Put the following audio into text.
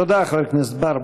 תודה, חבר הכנסת בר.